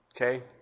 okay